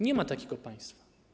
Nie ma takiego państwa.